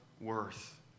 worth